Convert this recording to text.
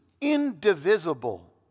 indivisible